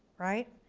right.